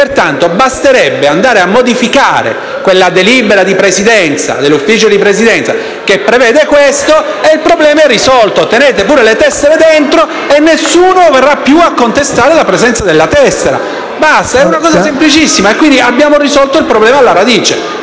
Pertanto basterebbe andare a modificare la delibera dell'Ufficio di Presidenza che prevede questo e il problema sarebbe risolto: tenete pure le tessere dentro e nessuno verrà più a contestare la presenza della tessera. *(Applausi dal Gruppo M5S)*. È una cosa semplicissima e avremmo risolto il problema alla radice.